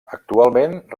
actualment